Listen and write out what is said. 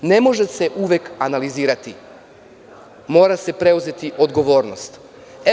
Ne može se uvek analizirati, mora se preuzeti odgovornost.